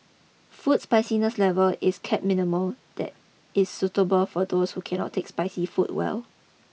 food spiciness level is kept minimal that is suitable for those who cannot take spicy food well